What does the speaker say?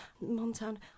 montana